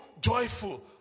joyful